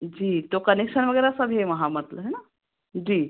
जी तो कनेक्सन वगैरह सब हैं वहाँ मतलब है न जी